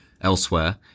Elsewhere